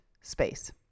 space